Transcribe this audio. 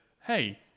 Hey